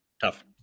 Tough